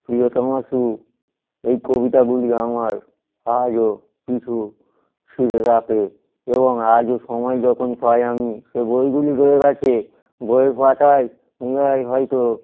প্রিয়তমাসু এই কবিতাগুলি আমার আজও পিছু ফিরে ডাকে এবং আজও সময় যখন পাই আমি সে বইগুলি রয়ে গেছে বইয়ের পাতায় হয়তো